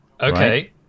Okay